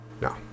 No